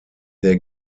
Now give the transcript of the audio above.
der